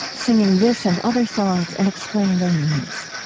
singing this and other songs and explaining their meanings.